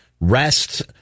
rest